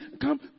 Come